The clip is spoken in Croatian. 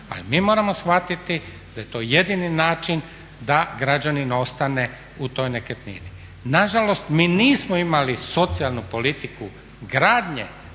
ali mi moramo shvatiti da je to jedini način da građanin ostane u toj nekretnini. Na žalost mi nismo imali socijalnu politiku gradnje